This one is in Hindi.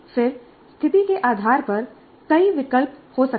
फिर स्थिति के आधार पर कई विकल्प हो सकते हैं